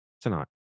tonight